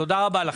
תודה רבה לכם.